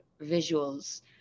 visuals